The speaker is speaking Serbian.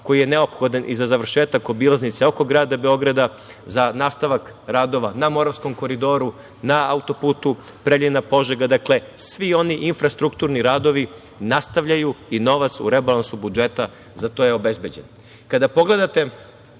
koji je neophodan i za završetak obilaznice oko grada Beograda, za nastavak radova na Moravskom koridoru, na auto-putu Preljina-Požega. Dakle svi oni infrastrukturni radovi nastavljaju i novac u rebalansu budžeta za to je obezbeđen. Kada pogledate